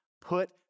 Put